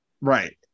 right